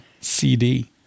CD